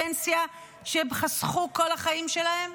הפנסיה שהם חסכו כל החיים שלהם,